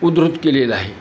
उदृध केलेला आहे